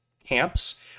camps